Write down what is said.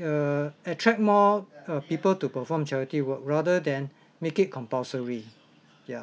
err attract more err people to perform charity work rather than make it compulsory yeah